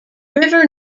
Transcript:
river